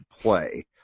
play